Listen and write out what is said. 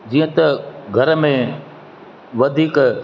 जीअं त घर में वधीक